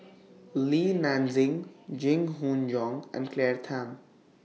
Li Nanxing Jing Jun Hong and Claire Tham